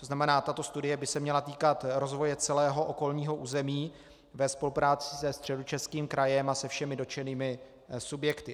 To znamená, tato studie by se měla týkat rozvoje celého okolního území ve spolupráci se Středočeským krajem a se všemi dotčenými subjekty.